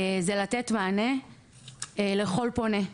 זה לתת מענה לכל פונה.